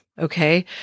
Okay